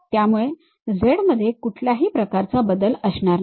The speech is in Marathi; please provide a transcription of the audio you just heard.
त्यामुळे z मध्ये कुठल्याही प्रकारचा बदल असणार नाही